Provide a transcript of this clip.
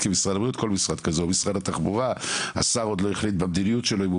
כל הדיון מיותר אם הדיאלוג הזה עכשיו לא